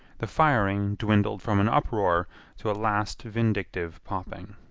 the firing dwindled from an uproar to a last vindictive popping.